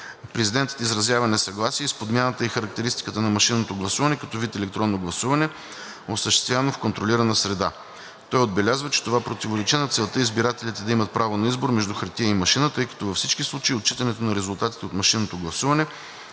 Президентът изразява несъгласие и с подмяната и характеристиката на машинното гласуване като вид електронно гласуване, осъществявано в контролирана среда. Той отбелязва, че това противоречи на целта избирателите да имат право на избор между хартия и машина, тъй като във всички случаи отчитането на резултатите от машинното гласуване